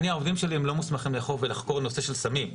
העובדים שלי הם לא מוסמכים לאכוף ולחקור את הנושא של סמים.